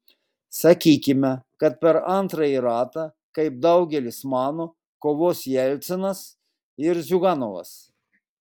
sakykime kad per antrąjį ratą kaip daugelis mano kovos jelcinas ir ziuganovas